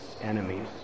enemies